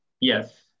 Yes